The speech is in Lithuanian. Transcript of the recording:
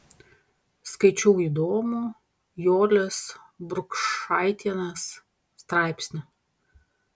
skaičiau įdomų jolės burkšaitienės straipsnį